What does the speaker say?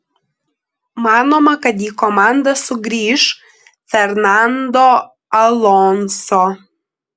manoma kad į komandą sugrįš fernando alonso